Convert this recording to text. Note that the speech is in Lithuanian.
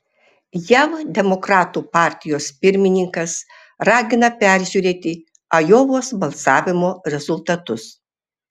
jav demokratų partijos pirmininkas ragina peržiūrėti ajovos balsavimo rezultatus